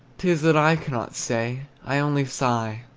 t is that i cannot say i only sigh,